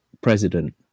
president